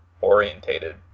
orientated